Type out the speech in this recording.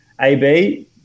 AB